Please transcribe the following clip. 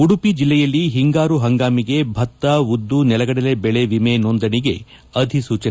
ಉಡುಪಿ ಜಿಲ್ಲೆಯಲ್ಲಿ ಹಿಂಗಾರು ಹಂಗಾಮಿಗೆ ಭತ್ತ ಉದ್ದು ನೆಲಗಡಲೆ ಬೆಳಿ ವಿಮೆ ನೋಂದಣಿಗೆ ಅಧಿಸೂಚನೆ